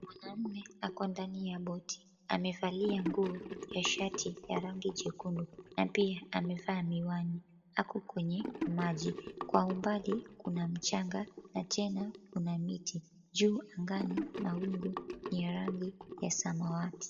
Mwanaume ako ndani ya boti, amevalia nguo ya shati ya rangi jekundu na pia amevaa miwani, ako kwenye maji. Kwa umbali kuna mchanga na tena kuna miti. Juu angani mawingu ni ya rangi ya samawati.